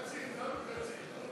ההסתייגות של קבוצת סיעת המחנה הציוני (שלי יחימוביץ)